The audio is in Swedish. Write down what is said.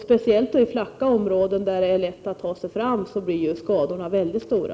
Speciellt i flacka områden där det är lätt att ta sig fram blir skadorna mycket stora.